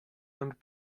and